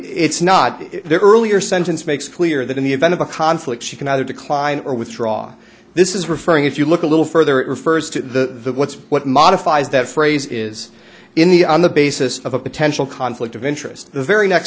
it's not the earlier sentence makes clear that in the event of a conflict she can either decline or withdraw this is referring if you look a little further refers to what's what modifies that phrase is in the on the basis of a potential conflict of interest the very next